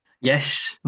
Yes